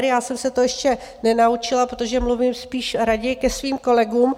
Já jsem se to ještě nenaučila, protože mluvím spíš raději ke svým kolegům.